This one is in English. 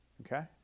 okay